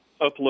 upload